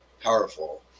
powerful